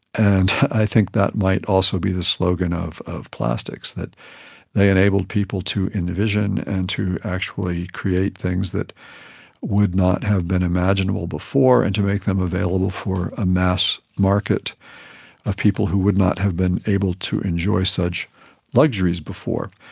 and i think that might also be the slogan of of plastics, that they enable people to envision and to actually create things that would not have been imaginable before and to make them available for a mass mass market of people who would not have been able to enjoy such luxuries before.